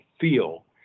feel